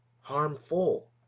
harmful